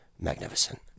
magnificent